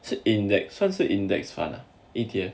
是 index 算是 the index fund E_T_F